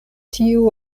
tiu